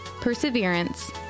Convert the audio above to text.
perseverance